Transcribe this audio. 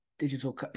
Digital